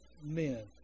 men